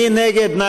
מי נגד?